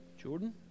Jordan